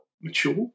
mature